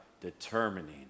determining